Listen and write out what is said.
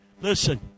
Listen